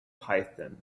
python